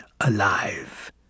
alive